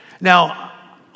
Now